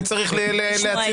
אם צריך להצהיר,